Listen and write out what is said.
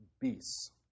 beasts